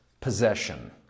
possession